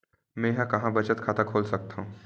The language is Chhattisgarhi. मेंहा कहां बचत खाता खोल सकथव?